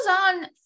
on